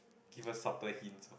give her subtle hints